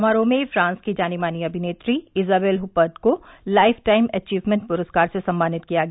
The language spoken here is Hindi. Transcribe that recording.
समारोह में फ्रांस की जानी मानी अभिनेत्री ईजाबेल हुपर्ट को लाइफटाइम एचीवमेंट पुरस्कार से सम्मानित किया गया